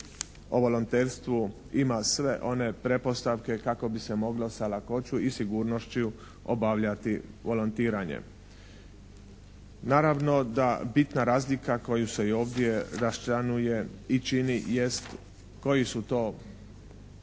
o volonterstvu ima sve one pretpostavke kako bi se moglo sa lakoćom i sigurnošću obavljati volontiranje. Naravno da bitna razlika koju se i ovdje raščlanjuje i čini jest koji su to, koja